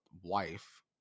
wife